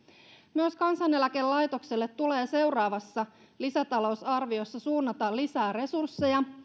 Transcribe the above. myös kansaneläkelaitokselle tulee seuraavassa lisätalousarviossa suunnata lisää resursseja